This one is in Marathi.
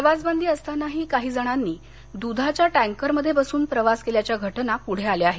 प्रवासबंदी असताना काही जणांनी दूधाच्या टँकर्मध्ये बसून प्रवास केल्याच्या घटना पुढे आल्या आहेत